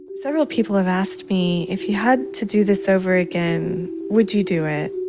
several people have asked me, if you had to do this over again, would you do it?